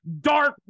dark